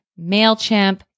MailChimp